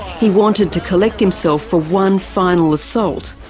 he wanted to collect himself for one final assault,